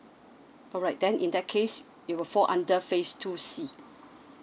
alright then in that case you will fall under phase two C